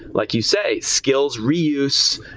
like you say, skills reuse,